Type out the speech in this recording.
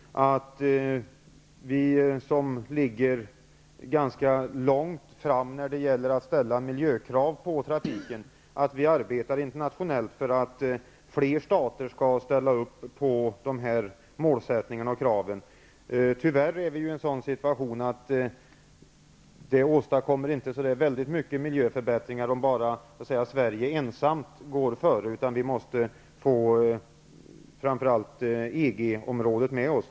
Vi i Sverige är ju ganska långt framme när det gäller miljökrav i fråga om trafiken. Vi arbetar internationellt för att fler stater skall ställa sig bakom våra krav och vår målsättning. Tyvärr kan man inte åstadkomma några genomgripande miljöförbättringar om Sverige ensamt går i täten, utan vi måste få framför allt EG länderna med oss.